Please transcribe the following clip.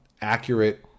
accurate